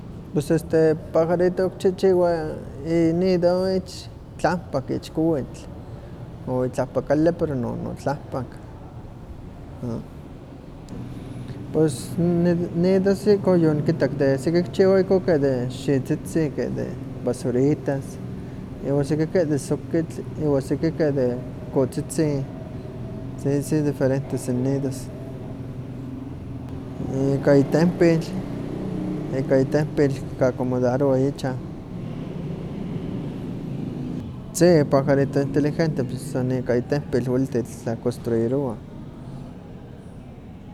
Pus este pajarito kichihchiwa inido tlahpak ich kowitl o itlahpa kali pero no- no tlahpak, pues nidos ihkon yonikitak siki kichiwah ihkon keh de xihtzitzin keh de basuritas, iwa siki keh de sokitl, iwa siki keh de kohtzitzin, si si diferentes sonidos ika itempil kiacomodarowa ichan, si pajarito inteligente san ika itehpil weliti tlaconstruirowa.